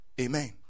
Amen